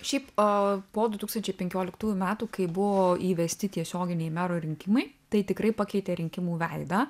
šiaip a po du tūkstančiai penkioliktųjų metų kai buvo įvesti tiesioginiai mero rinkimai tai tikrai pakeitė rinkimų veidą